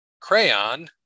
crayon